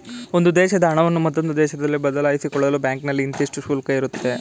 ಒಂದು ದೇಶದ ಹಣವನ್ನು ಮತ್ತೊಂದು ದೇಶದಲ್ಲಿ ಬದಲಾಯಿಸಿಕೊಳ್ಳಲು ಬ್ಯಾಂಕ್ನಲ್ಲಿ ಇಂತಿಷ್ಟು ಶುಲ್ಕ ಇರುತ್ತೆ